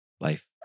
Life